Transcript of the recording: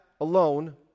alone